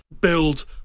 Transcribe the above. build